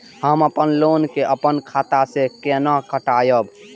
हम अपन लोन के अपन खाता से केना कटायब?